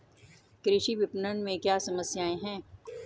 कृषि विपणन में क्या समस्याएँ हैं?